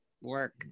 Work